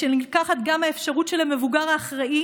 ומשנלקחת גם האפשרות של המבוגר האחראי